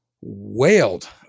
wailed